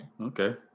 Okay